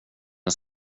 den